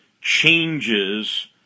changes